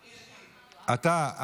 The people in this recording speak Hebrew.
אני, אתה?